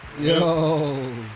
Yo